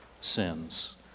sins